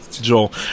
Joel